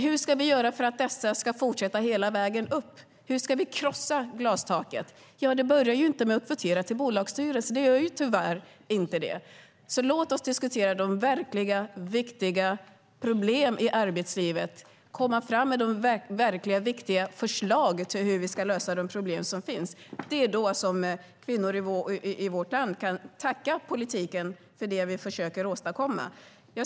Hur ska vi göra för att dessa ska fortsätta hela vägen upp? Hur ska vi krossa glastaket? Det börjar tyvärr inte med att vi kvoterar till bolagsstyrelser. Låt oss därför diskutera de verkliga och viktiga problemen i arbetslivet och komma fram med verkliga och viktiga förslag på hur vi ska lösa de problem som finns! Det är då kvinnor i vårt land kan tacka politiken för det vi försöker åstadkomma.